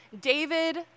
David